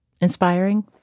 inspiring